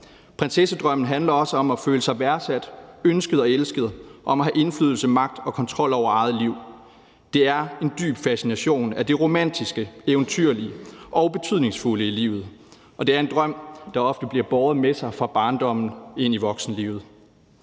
Prinsessedrømmen handler også om at føle sig værdsat, ønsket og elsket, om at have indflydelse, magt og kontrol over eget liv. Det er en dyb fascination af det romantiske, eventyrlige og betydningsfulde i livet, og det er en drøm, der ofte bliver båret med fra barndommen ind i voksenlivet.